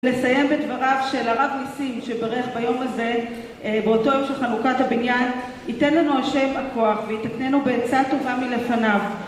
לסיים בדבריו של הרב ניסים שברך ביום הזה, באותו יום של חנוכת הבניין, ייתן לנו ה' הכוח ויתקנינו בעיצה טובה מלפניו.